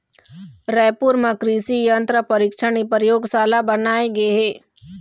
रायपुर म कृसि यंत्र परीक्छन परयोगसाला बनाए गे हे